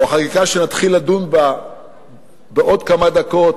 או החקיקה שנתחיל לדון בה בעוד כמה דקות